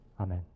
Amen